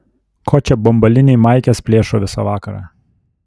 ko čia bambaliniai maikes plėšo visą vakarą